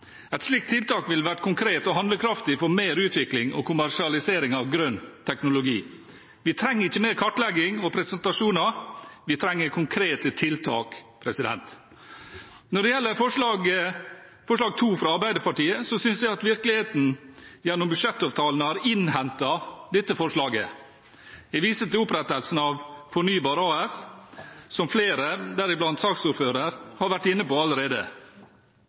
Et slikt tiltak ville vært konkret og handlekraftig for mer utvikling og kommersialisering av grønn teknologi. Vi trenger ikke mer kartlegging og presentasjoner. Vi trenger konkrete tiltak. Når det gjelder forslag nr. 2, fra Arbeiderpartiet, synes jeg at virkeligheten, gjennom budsjettavtalen, har innhentet dette forslaget. Jeg viser til opprettelsen av Fornybar AS – som flere, deriblant saksordføreren, har vært inne på allerede